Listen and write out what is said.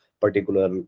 particular